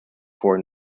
four